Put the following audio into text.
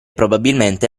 probabilmente